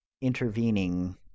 intervening